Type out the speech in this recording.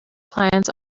clients